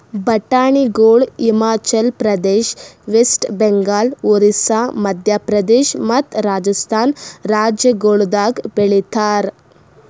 ಬಟಾಣಿಗೊಳ್ ಹಿಮಾಚಲ ಪ್ರದೇಶ, ವೆಸ್ಟ್ ಬೆಂಗಾಲ್, ಒರಿಸ್ಸಾ, ಮದ್ಯ ಪ್ರದೇಶ ಮತ್ತ ರಾಜಸ್ಥಾನ್ ರಾಜ್ಯಗೊಳ್ದಾಗ್ ಬೆಳಿತಾರ್